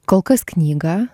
kol kas knygą